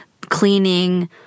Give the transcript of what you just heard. cleaning